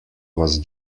was